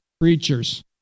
creatures